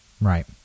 Right